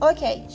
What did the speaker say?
Okay